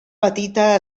petita